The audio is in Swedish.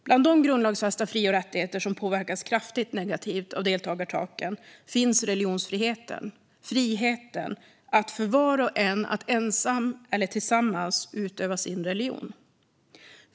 Bland de grundlagsfästa fri och rättigheter som har påverkats kraftigt negativt av deltagartaken finns religionsfriheten, alltså friheten att för var och en, ensam eller tillsammans, utöva sin religion.